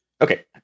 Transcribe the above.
Okay